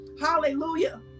hallelujah